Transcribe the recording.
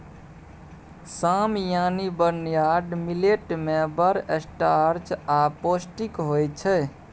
साम यानी barnyard millet मे बड़ स्टार्च आ पौष्टिक होइ छै